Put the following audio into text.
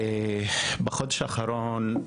בחודש האחרון,